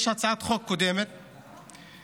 יש הצעת חוק קודמת שהייתה,